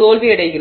தோல்வியடைகிறது